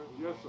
Yes